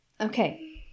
Okay